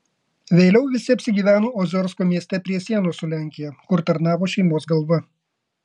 vėliau visi apsigyveno oziorsko mieste prie sienos su lenkija kur tarnavo šeimos galva